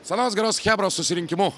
savęs geros chebros susirinkimu